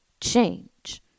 change